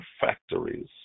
factories